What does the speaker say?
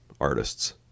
artists